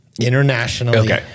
internationally